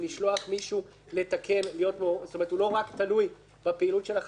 מישהו הוא לא רק תלוי בפעילות החטיבה.